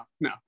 no